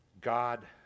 God